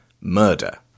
murder